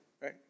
right